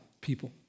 people